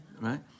right